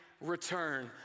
return